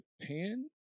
Japan